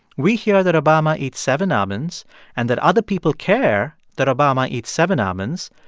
we hear that obama eats seven almonds and that other people care that obama eats seven almonds,